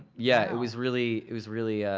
yeah. it was really, it was really,